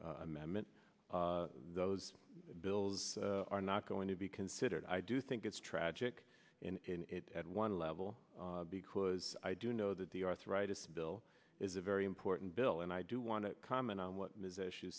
t those bills are not going to be considered i do think it's tragic in it at one level because i do know that the arthritis bill is a very important bill and i do want to comment on what ms